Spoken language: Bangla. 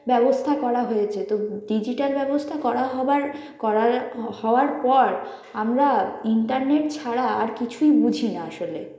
ব্যবস্থা করা হয়েছে তো ডিজিটাল ব্যবস্থা করা হবার করার হওয়ার পর আমরা ইন্টারনেট ছাড়া আর কিছুই বুঝি না আসলে